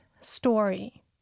story